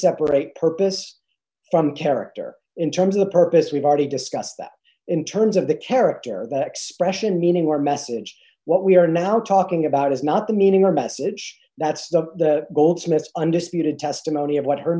separate purpose from character in terms of the purpose we've already discussed that in terms of the character that expression meaning or message what we are now talking about is not the meaning or message that's the goldsmith's undisputed testimony of what her